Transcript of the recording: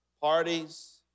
Parties